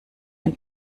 ein